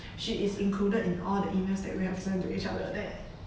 she is included in all the emails that we have sent to each other that